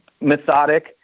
methodic